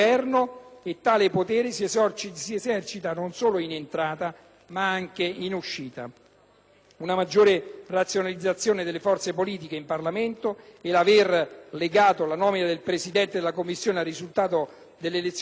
Una maggiore razionalizzazione delle forze politiche in Parlamento e l'aver legato la nomina del Presidente della Commissione al risultato delle elezioni europee permettono di ottenere quella che in inglese si chiama *political accountability*.